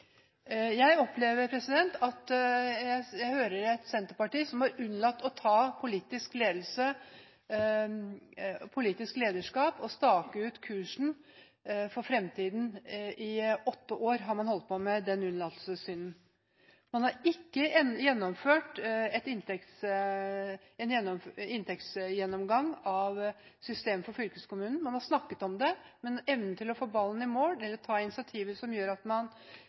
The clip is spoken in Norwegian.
Jeg opplever at jeg hører et Senterparti som har unnlatt å ta politisk lederskap og stake ut kursen for fremtiden. I åtte år har man holdt på med den unnlatelsessynden. Man har ikke gjennomført en inntektsgjennomgang av systemet for fylkeskommunen. Man har snakket om det, men har ikke evnet å få ballen i mål eller ta initiativer for å få realisert det. Den politiske belastningen og det politiske lederskapet har man